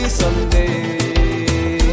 someday